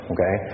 Okay